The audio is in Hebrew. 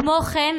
כמו כן,